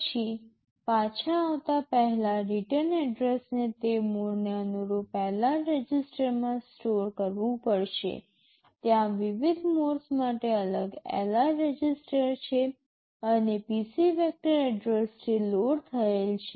પછી પાછા આવતાં પહેલાં રીટર્ન એડ્રેસને તે મોડને અનુરૂપ LR રજિસ્ટરમાં સ્ટોર કરવું પડશે ત્યાં વિવિધ મોડ્સ માટે અલગ LR રજિસ્ટર છે અને PC વેક્ટર એડ્રેસથી લોડ થયેલ છે